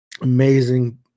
amazing